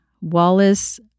Wallace